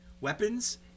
weapons